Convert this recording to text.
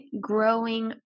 growing